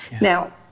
Now